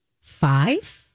Five